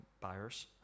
buyers